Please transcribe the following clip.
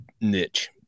niche